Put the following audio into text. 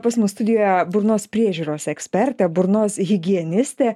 pas mus studijoje burnos priežiūros ekspertė burnos higienistė